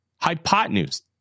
Hypotenuse